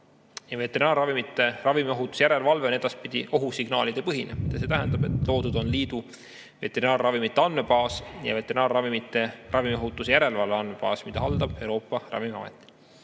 Veterinaarravimite ravimiohutuse järelevalve on edaspidi ohusignaalide põhine. See tähendab, et loodud on liidu veterinaarravimite andmebaas ja veterinaarravimite ravimiohutuse järelevalve andmebaas, mida haldab Euroopa Ravimiamet.